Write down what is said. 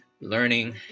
learning